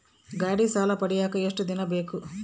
ಗಾಡೇ ಸಾಲ ಪಡಿಯಾಕ ಎಷ್ಟು ದಿನ ಬೇಕು?